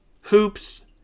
hoops